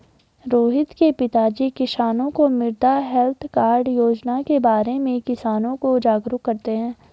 रोहित के पिताजी किसानों को मृदा हैल्थ कार्ड योजना के बारे में किसानों को जागरूक करते हैं